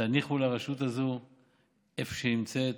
תניחו לרשות הזו איפה שהיא נמצאת,